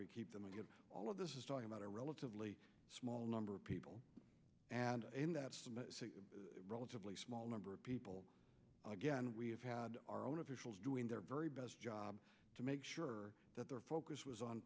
we get all of this is talking about a relatively small number of people and relatively small number of people again we have had our own officials doing their very best job to make sure that their focus was on